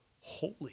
holy